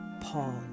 Paul